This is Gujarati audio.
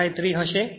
153 હશે